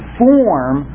form